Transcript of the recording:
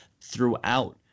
throughout